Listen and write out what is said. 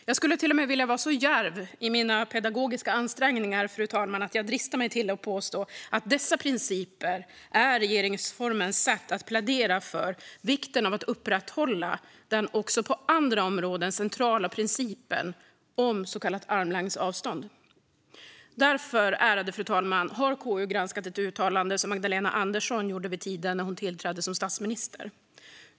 Jag skulle till och med vilja vara så djärv i mina pedagogiska ansträngningar, fru talman, att jag dristar mig att påstå att dessa principer är regeringsformens sätt att plädera för vikten av att upprätthålla den också på andra områden centrala principen om så kallat armlängds avstånd. Därför, ärade fru talman, har KU granskat ett uttalande som Magdalena Andersson gjorde vid tiden då hon tillträdde som statsminister.